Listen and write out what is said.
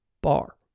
Bar